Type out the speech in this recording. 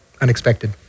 unexpected